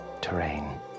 terrain